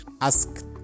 ask